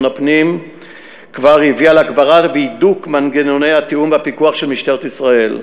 הפנים כבר הביאה להגברה והידוק מנגנוני התיאום והפיקוח של משטרת ישראל,